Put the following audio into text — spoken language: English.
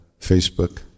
Facebook